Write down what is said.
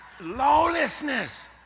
lawlessness